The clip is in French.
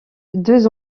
deux